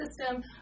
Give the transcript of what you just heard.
system